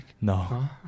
No